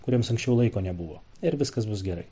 kuriems anksčiau laiko nebuvo ir viskas bus gerai